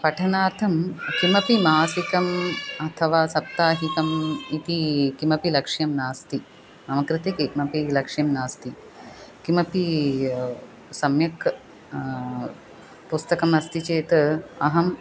पठनार्थं किमपि मासिकम् अथवा साप्ताहिकम् इति किमपि लक्ष्यं नास्ति मम कृते किमपि लक्ष्यं नास्ति किमपि सम्यक् पुस्तकम् अस्ति चेत् अहम्